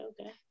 Okay